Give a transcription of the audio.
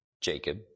Jacob